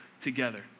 together